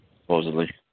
supposedly